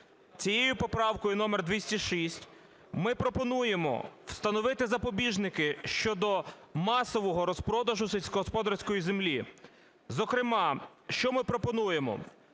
цією поправкою номер 206 ми пропонуємо встановити запобіжники щодо масового розпродажу сільськогосподарської землі. Зокрема, що ми пропонуємо: